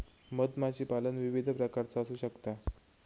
मधमाशीपालन विविध प्रकारचा असू शकता